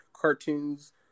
cartoons